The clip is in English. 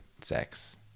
sex